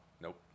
Nope